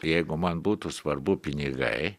jeigu man būtų svarbu pinigai